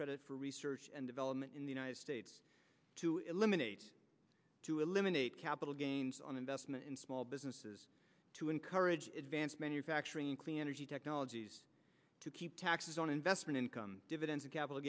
credit for research and development in the united states to eliminate to eliminate capital gains on investment in small businesses to encourage advanced manufacturing and clean energy technologies to keep taxes on investment income dividends capital